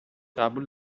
قبول